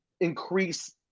increase